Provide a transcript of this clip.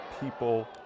people